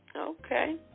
Okay